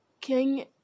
king